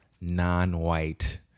non-white